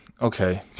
Okay